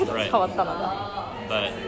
right